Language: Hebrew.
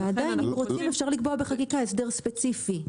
ועדיין אם רוצים אפשר לקבוע בחקיקה הסדר ספציפי.